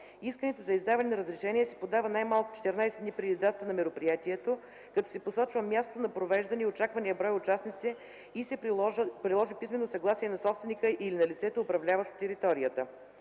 Искането за издаване на разрешение се подава най-малко 14 дни преди датата на мероприятието, като се посочи мястото на провеждане и очакваният брой участници и се приложи писмено съгласие на собственика или на лицето, управляващо територията.